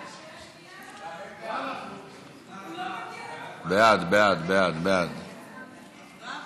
ההצעה להעביר את הצעת חוק עבודת נשים (תיקון,